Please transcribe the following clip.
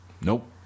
nope